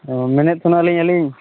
ᱚᱸᱻ ᱢᱮᱱᱮᱫ ᱛᱟᱦᱮᱱᱟᱧ ᱟᱹᱞᱤᱧ